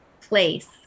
place